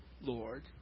Lord